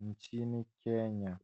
injini Kenya.